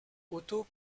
auto